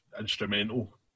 instrumental